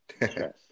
yes